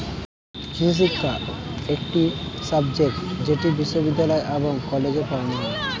কৃষিশিক্ষা একটি সাবজেক্ট যেটি বিশ্ববিদ্যালয় এবং কলেজে পড়ানো হয়